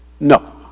No